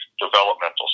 developmental